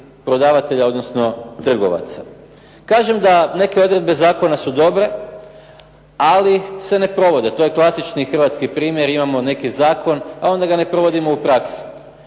prodavatelja, odnosno trgovaca. Kažem da neke odredbe zakona su dobre, ali se ne provode. To je klasični hrvatski primjer. Imamo neki zakon, a onda ga ne provodimo u praksi.